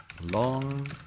long